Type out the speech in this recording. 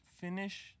finish